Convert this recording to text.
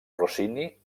rossini